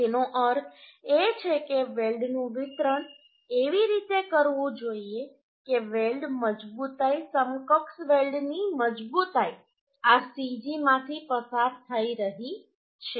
તેનો અર્થ એ છે કે વેલ્ડનું વિતરણ એવી રીતે કરવું જોઈએ કે વેલ્ડ મજબૂતાઈ સમકક્ષ વેલ્ડ ની મજબૂતાઈ આ cg માંથી પસાર થઈ રહી છે